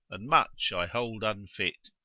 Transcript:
and much i hold unfit.